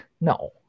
No